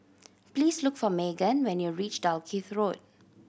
please look for Meaghan when you reach Dalkeith Road